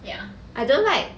ya I don't like